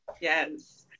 yes